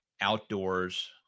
outdoors